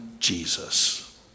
Jesus